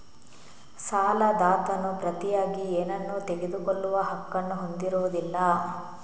ಸಾಲದಾತನು ಪ್ರತಿಯಾಗಿ ಏನನ್ನೂ ತೆಗೆದುಕೊಳ್ಳುವ ಹಕ್ಕನ್ನು ಹೊಂದಿರುವುದಿಲ್ಲ